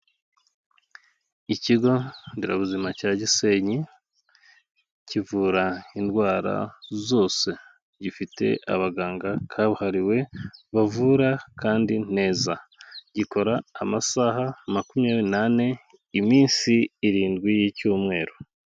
Ikigo nderabuzima cya Gisenyi, kivura indwara zose, gifite abaganga kabuhariwe, bavura kandi neza, gikora amasaha makumyabiri nane iminsi irindwi y'icyumweru.